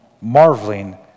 marveling